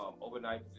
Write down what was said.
overnight